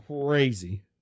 crazy